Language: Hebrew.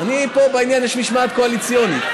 פה בעניין יש משמעת קואליציונית.